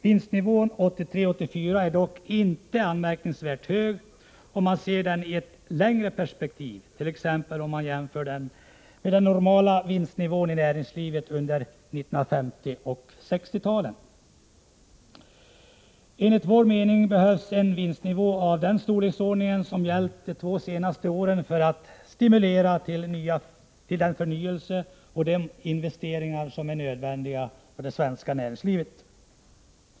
Vinstnivån 1983/84 är dock inte anmärkningsvärt hög, om man ser den i ett längre perspektiv, t.ex. om man jämför den med den normala vinstnivån i näringslivet under 1950 och 1960-talen. Enligt vår mening behövs en vinstnivå av den storleksordning som gällt de två senaste åren för att stimulera till den förnyelse och de investeringar som är nödvändiga för det svenska näringslivet.